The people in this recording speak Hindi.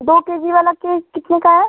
दो के जी वाला केक कितने का है